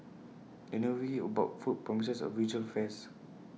the new movie about food promises A visual feast